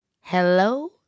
Hello